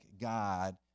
God